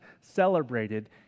celebrated